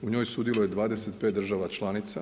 U njoj sudjeluje 25 država članica.